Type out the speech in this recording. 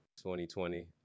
2020